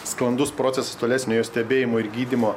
sklandus procesas tolesnio jo stebėjimo ir gydymo